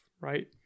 right